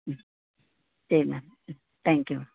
ம் சரி மேம் ம் தேங்க்யூ